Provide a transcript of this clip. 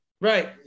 Right